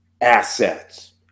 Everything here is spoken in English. assets